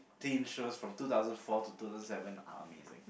teen shows from two thousand four to two thousand seven are amazing